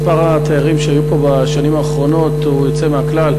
מספר התיירים שהיו פה בשנים האחרונות הוא יוצא מהכלל.